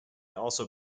also